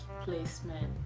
placement